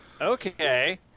Okay